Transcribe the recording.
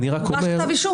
הוגש כתב אישום.